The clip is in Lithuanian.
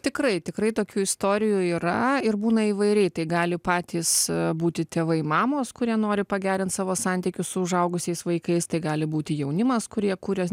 tikrai tikrai tokių istorijų yra ir būna įvairiai tai gali patys būti tėvai mamos kurie nori pagerint savo santykius su užaugusiais vaikais tai gali būti jaunimas kurie kuria